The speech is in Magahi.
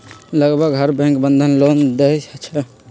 लगभग हर बैंक बंधन लोन देई छई